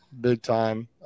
big-time